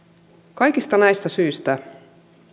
kaikista näistä syistä